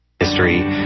History